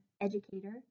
educator